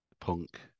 punk